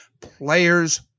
Players –